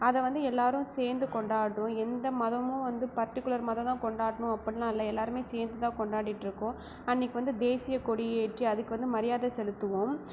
அதை வந்து எல்லோரும் சேர்ந்து கொண்டாடுறோம் எந்த மதமும் வந்து பர்டிகுலர் மதந்தான் கொண்டாடுணும் அப்படின்லான் இல்லை எல்லோருமே சேர்ந்துதான் கொண்டாடிட்டுருக்கோம் அன்றைக்கி வந்து தேசிய கோடி ஏற்றி அதுக்கு வந்து மரியாதை செலுத்துவோம்